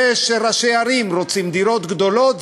זה שראשי ערים רוצים דירות גדולות,